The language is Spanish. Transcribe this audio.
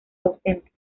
ausentes